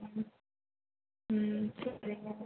ம் ம் சரிங்க